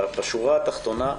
בשורה התחתונה,